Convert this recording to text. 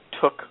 took